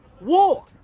War